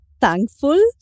thankful